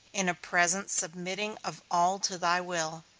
in a present submitting of all to thy will.